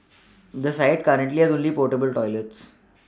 the site currently has only portable toilets